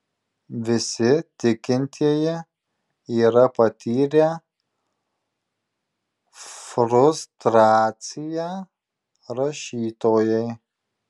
visi tikintieji yra patyrę frustraciją rašytojai